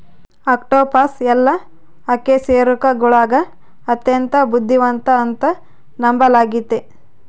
octopus ಎಲ್ಲಾ ಅಕಶೇರುಕಗುಳಗ ಅತ್ಯಂತ ಬುದ್ಧಿವಂತ ಅಂತ ನಂಬಲಾಗಿತೆ